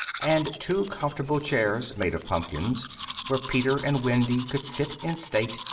and two comfortable chairs made of pumpkins where peter and wendy could sit in state,